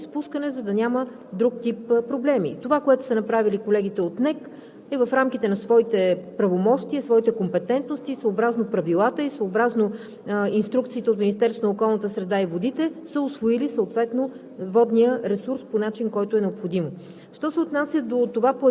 просто защото, когато има такава висока вълна, трябва да има контролирано изпускане, за да няма друг тип проблеми. Това, което са направили колегите от НЕК, е в рамките на своите правомощия и своите компетентности, съобразно правилата и инструкциите от Министерството на околната среда и водите са усвоили съответно